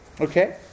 Okay